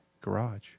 garage